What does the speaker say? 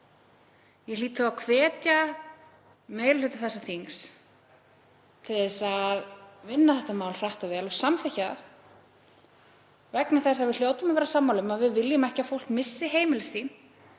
Ég hlýt því að hvetja meiri hluta þessa þings til að vinna málið hratt og vel og samþykkja það vegna þess að við hljótum að vera sammála um að við viljum ekki að fólk missi heimili